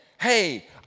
hey